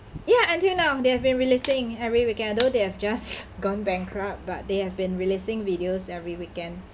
ya until now they have been releasing every weekend although they have just gone bankrupt but they have been releasing videos every weekend